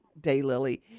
daylily